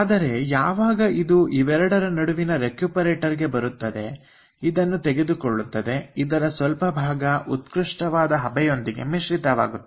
ಆದರೆ ಯಾವಾಗ ಇದು ಇವೆರಡರ ನಡುವಿನ ರೆಕ್ಯೂಪರೇಟರ್ ಗೆ ಬರುತ್ತದೆ ಆಗ ಇದನ್ನು ತೆಗೆದುಕೊಳ್ಳುತ್ತದೆ ಇದರ ಸ್ವಲ್ಪ ಭಾಗ ಉತ್ಕೃಷ್ಟವಾದ ಹಬೆಯೊಂದಿಗೆ ಮಿಶ್ರಿತವಾಗುತ್ತದೆ